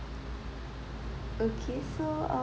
okay so uh